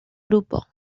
grupos